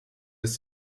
des